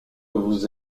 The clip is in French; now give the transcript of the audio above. vous